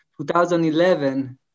2011